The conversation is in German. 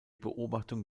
beobachtung